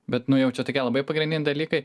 bet nu jau čia tokie labai pagrindiniai dalykai